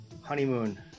honeymoon